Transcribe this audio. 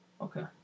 Okay